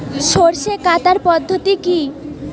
সরষে কাটার পদ্ধতি কি?